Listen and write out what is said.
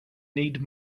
need